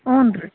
ಹೂನ್ರೀ